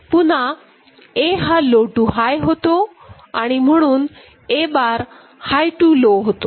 पुन्हा A हा low to high होतो आणि म्हणून A bar high to low होतो